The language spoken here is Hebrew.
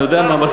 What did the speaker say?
אני יודע מה,